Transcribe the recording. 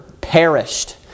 perished